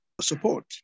support